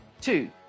Two